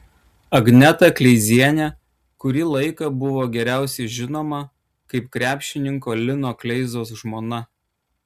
agneta kleizienė kurį laiką buvo geriausiai žinoma kaip krepšininko lino kleizos žmona